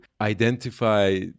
identify